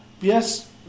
Yes